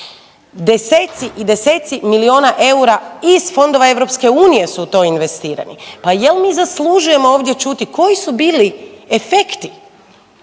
Desetci i desetci milijuna eura iz fondova EU su u to investirani. Pa jel' mi zaslužujemo ovdje čuti koji su bili efekti